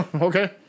Okay